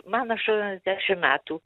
man aš dešim metų